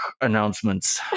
announcements